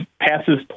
passes